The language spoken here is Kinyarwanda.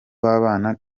w’abana